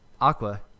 Aqua